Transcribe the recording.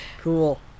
Cool